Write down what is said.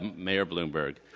mayor bloomberg.